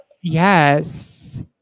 Yes